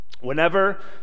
whenever